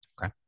Okay